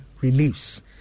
reliefs